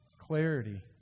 Clarity